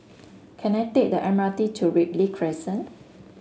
can I take the M R T to Ripley Crescent